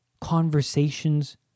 conversations